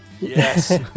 Yes